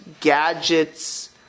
gadgets